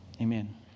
amen